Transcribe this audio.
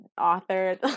author